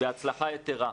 בהצלחה יתרה.